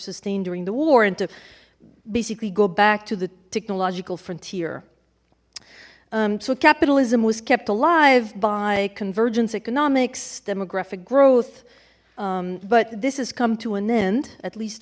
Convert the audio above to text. sustained during the war and to basically go back to the technological frontier so capitalism was kept alive by convergence economics demographic growth but this has come to an end at least